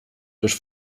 durch